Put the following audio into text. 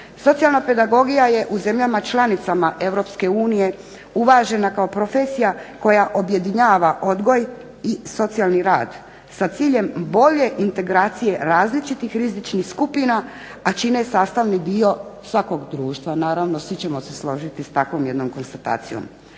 Socijalna pedagogija je u zemljama članicama Europske unije uvažena kao profesija koja objedinjava odgoj, i socijalni rad, sa ciljem bolje integracije različitih rizičnih skupina, a čine sastavni dio svakog društva. Naravno svi ćemo se složiti s takvom jednom konstatacijom.